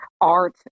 art